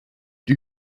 die